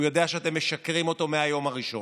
הוא יודע שאתם משקרים לו מהיום הראשון.